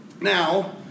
Now